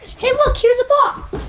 hey, look here's a box.